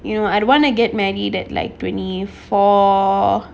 you know I'd wanna get married at like twenty four